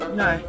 no